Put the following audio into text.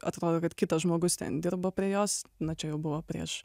atrodo kad kitas žmogus ten dirbo prie jos na čia jau buvo prieš